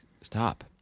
stop